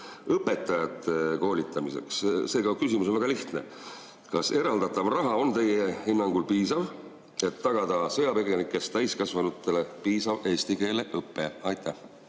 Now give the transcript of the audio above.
õpetajate koolitamiseks. Seega küsimus on väga lihtne. Kas eraldatav raha on teie hinnangul piisav, et tagada sõjapõgenikest täiskasvanutele piisav eesti keele õpe? Aitäh,